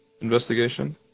Investigation